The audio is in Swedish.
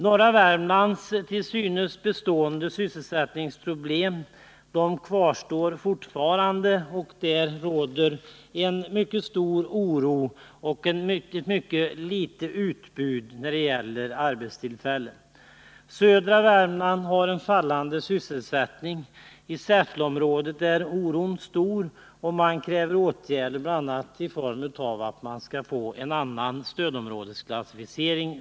Norra Värmlands sysselsättningsproblem kvarstår fortfarande, och det råder en mycket stor oro, för det är ett mycket lågt utbud när det gäller arbetstillfällen. Södra Värmland har en fallande sysselsättning. I Säffleområdet är oron stor, och man kräver åtgärder, bl.a. en annan stödområdesklassificering.